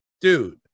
Dude